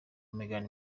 meghan